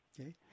Okay